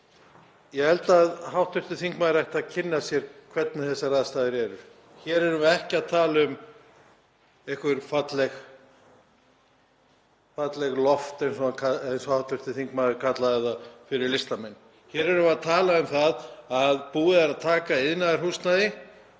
Ég held að hv. þingmaður ætti að kynna sér hvernig þessar aðstæður eru. Hér erum við ekki að tala um einhver falleg loft, eins og hv. þingmaður kallaði það, fyrir listamenn. Hér erum við að tala um það að búið er að taka iðnaðarhúsnæði